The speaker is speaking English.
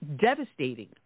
devastating